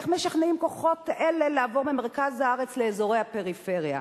איך משכנעים כוחות אלה לעבור ממרכז הארץ לאזורי הפריפריה?